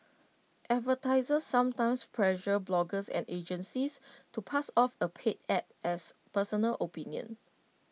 advertisers sometimes pressure bloggers and agencies to pass off A paid Ad as personal opinion